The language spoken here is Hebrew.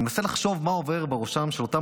אני מנסה לחשוב מה עובר בראשם של אותם